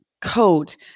coat